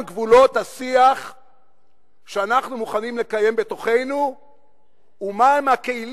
גבולות השיח שאנחנו מוכנים לקיים בתוכנו ומהם הכלים